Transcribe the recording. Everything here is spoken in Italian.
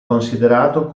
considerato